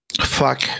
fuck